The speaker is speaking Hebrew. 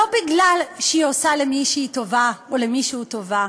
לא בגלל שהיא עושה למישהי טובה או למישהו טובה,